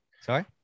sorry